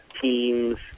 teams